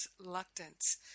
reluctance